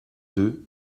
deux